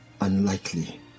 Unlikely